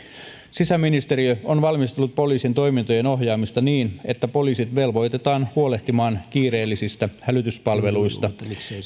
sisäministeriö on valmistellut poliisin toimintojen ohjaamista niin että poliisit velvoitetaan huolehtimaan kiireellisistä hälytyspalveluista